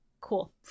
Cool